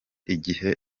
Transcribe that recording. igihe